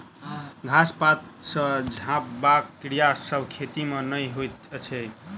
घास पात सॅ झपबाक क्रिया सभ खेती मे नै होइत अछि